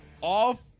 off